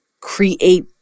create